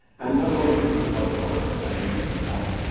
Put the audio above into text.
and not all of it is high culture. i even, in fact,